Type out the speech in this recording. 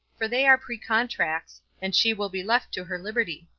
for they are precontracts, and she will be left to her liberty.